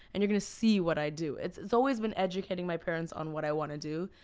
and you're gonna see what i do. it's it's always been educating my parents on what i wanna do,